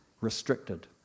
restricted